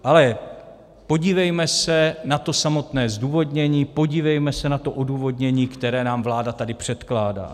Ale podívejme se na to samotné zdůvodnění, podívejme se na to odůvodnění, které nám vláda tady předkládá.